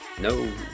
no